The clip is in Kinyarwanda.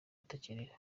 atakiriho